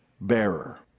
bearer